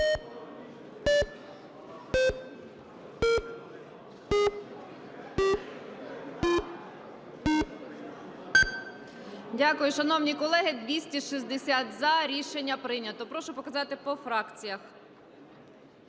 Дякую, шановні колеги. Рішення прийнято. Прошу показати по фракціях.